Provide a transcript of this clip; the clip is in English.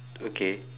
okay